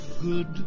good